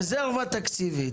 רזרבה תקציבית.